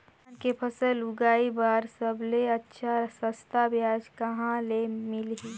धान के फसल उगाई बार सबले अच्छा सस्ता ब्याज कहा ले मिलही?